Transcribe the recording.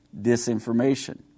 disinformation